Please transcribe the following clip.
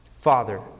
Father